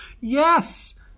Yes